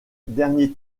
dernier